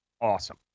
Awesome